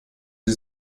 sie